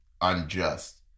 unjust